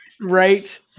Right